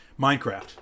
Minecraft